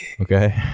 Okay